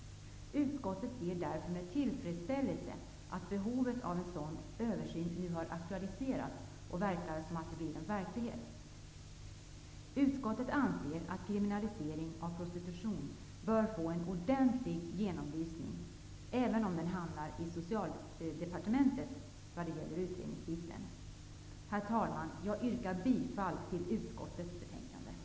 Utskottet ser därför med tillfredsställelse att behovet av en sådan översyn nu har aktualiserats och att det verkar bli verklighet. Utskottet anser att kriminalisering av prostitution bör få en ordentlig genomlysning, även om den hamnar i Socialdepartementet i vad gäller själva utredningen. Herr talman! Jag yrkar bifall till utskottets hemställan.